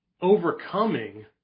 overcoming